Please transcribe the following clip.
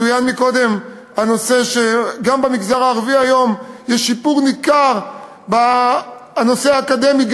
צוין קודם שגם במגזר הערבי היום יש שיפור ניכר בתחום האקדמי,